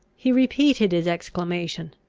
he repeated his exclamation,